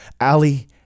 Ali